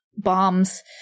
Bombs